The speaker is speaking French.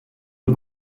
nos